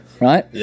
right